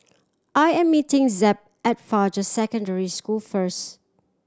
I am meeting Zeb at Fajar Secondary School first